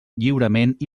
lliurement